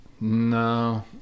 No